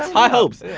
high hopes!